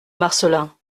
marcelin